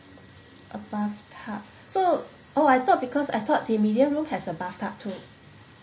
a bathtub so oh I thought because I thought the medium room has a bathtub too